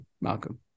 Malcolm